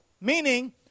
Meaning